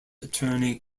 attorney